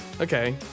Okay